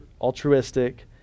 altruistic